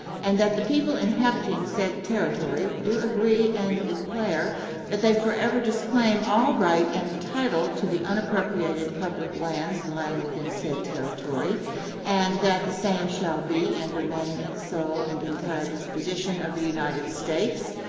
and that the people inhabiting said territory do agree and declare that they forever disclaim all right and title to the unappropriated public lands lying within said territory and that the same shall be and remain at the sole and entire disposition of the united states,